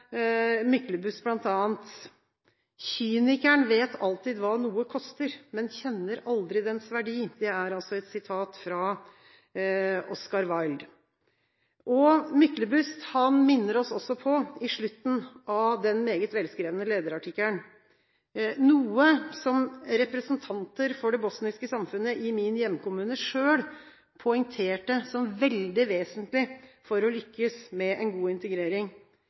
Myklebust bl.a.: «Kynikeren vet alltid hva noe koster, men kjenner aldri dens verdi.» Dette er et sitat etter Oscar Wilde. Myklebust minner oss også i slutten av den meget velskrevne lederartikkelen om noe som representanter for det bosniske samfunnet i min hjemkommune selv poengterte som veldig vesentlig for å lykkes med en god integrering: